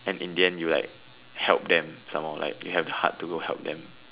and in the end you like help them some more you have the heart to go help them